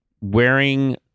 wearing